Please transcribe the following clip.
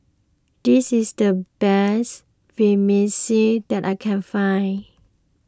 this is the best Vermicelli that I can find